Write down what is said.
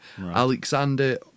Alexander